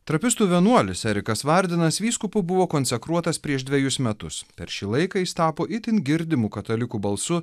trapistų vienuolis erikas vardenas vyskupu buvo konsekruotas prieš dvejus metus per šį laiką jis tapo itin girdimu katalikų balsų